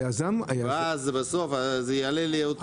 ואז בסוף זה יעלה לי יותר.